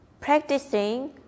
Practicing